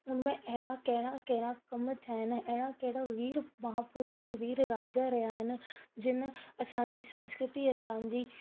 हुन में अहिड़ा कहिड़ा कहिड़ा कमु थिया आहिनि अहिड़ा कहिड़ा वीर महापुरुष वीर राजा रहिया आहिनि जिनि असांजी संस्कृतीअ असांजी